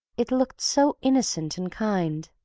it looked so innocent and kind.